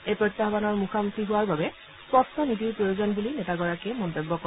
এই প্ৰত্যাহানৰ মুখামুখি হোৱাৰ বাবে স্পষ্ট নীতিৰ প্ৰয়োজন বুলি নেতাগৰাকীয়ে মন্তব্য কৰে